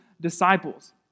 disciples